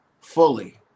fully